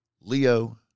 Leo